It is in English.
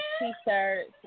t-shirts